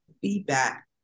feedback